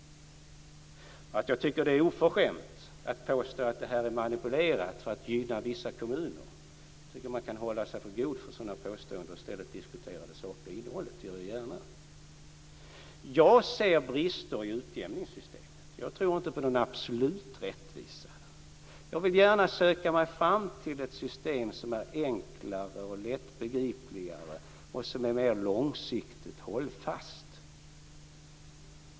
Jag tycker alltså att det är oförskämt att påstå att det här är manipulerat för att gynna vissa kommuner. Jag tycker att man kan hålla sig för god för sådana påståenden och i stället diskutera det sakliga innehållet. Det gör jag gärna. Jag ser brister i utjämningssystemet. Jag tror inte på någon absolut rättvisa här. Jag vill gärna söka mig fram till ett system som är enklare och mer lättbegripligt och som är mer långsiktigt hållfast.